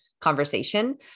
conversation